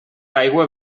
aigua